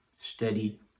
steady